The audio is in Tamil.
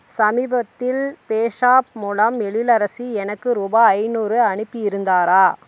சமீபத்தில் பே ஷாப் மூலம் எழிலரசி எனக்கு ரூபாய் ஐநூறு அனுப்பி இருந்தாரா